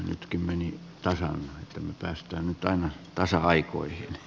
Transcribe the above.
nyt kymmenittäin raa sti mutta yhtään mitään taso vaihtui